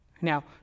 Now